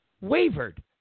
wavered